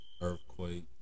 Earthquake